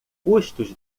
custos